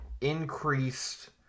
increased